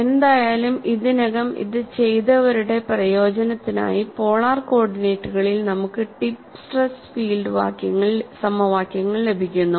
എന്തായാലും ഇതിനകം ഇത് ചെയ്തവരുടെ പ്രയോജനത്തിനായി പോളാർ കോർഡിനേറ്റുകളിൽ നമുക്ക് ടിപ്പ് സ്ട്രെസ് ഫീൽഡ് സമവാക്യങ്ങൾ ലഭിക്കുന്നു